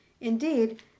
Indeed